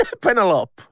Penelope